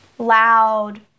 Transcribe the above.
loud